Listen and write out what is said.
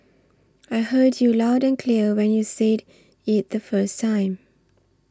I heard you loud and clear when you said it the first time